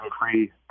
free